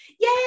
Yay